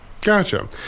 Gotcha